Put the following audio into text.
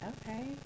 okay